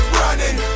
running